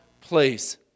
place